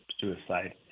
suicide